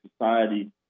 society